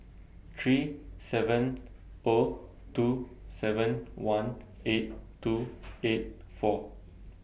three seven O two seven one eight two eight four